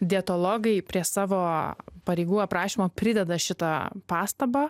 dietologai prie savo pareigų aprašymo prideda šitą pastabą